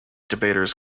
debaters